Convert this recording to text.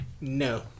No